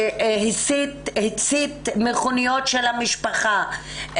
שהצית מכונית של המשפחה,